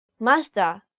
master